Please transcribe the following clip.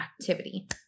activity